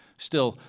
still,